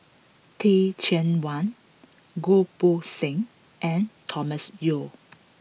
Teh Cheang Wan Goh Poh Seng and Thomas Yeo